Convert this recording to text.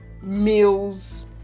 meals